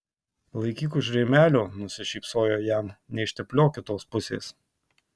laikyk už rėmelio nusišypsojo jam neištepliok kitos pusės